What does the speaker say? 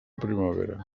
primavera